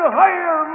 higher